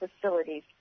facilities